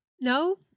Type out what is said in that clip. No